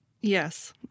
Yes